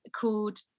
called